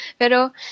Pero